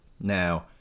Now